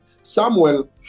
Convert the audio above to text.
Samuel